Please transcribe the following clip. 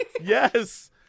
Yes